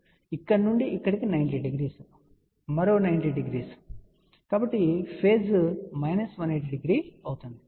కాబట్టి ఇక్కడ నుండి ఇక్కడకు 90 డిగ్రీలు మరో 90 డిగ్రీలు కాబట్టి పేజ్ మైనస్ 180 అవుతుంది